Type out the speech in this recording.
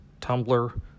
Tumblr